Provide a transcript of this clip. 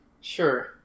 Sure